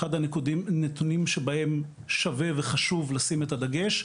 אחד הנתונים בהם שווה וחשוב לשים את הדגש,